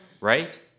right